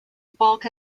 bulk